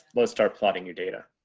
let's start plotting your data.